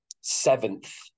seventh